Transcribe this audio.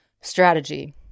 strategy